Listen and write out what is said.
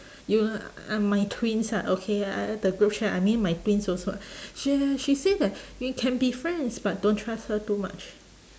you uh my twins ah okay ah the group chat I mean my twins also she uh she say that you can be friends but don't trust her too much